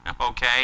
okay